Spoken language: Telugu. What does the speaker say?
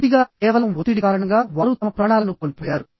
పూర్తిగా కేవలం ఒత్తిడి కారణంగా వారు తమ ప్రాణాలను కోల్పోయారు